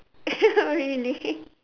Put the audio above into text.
really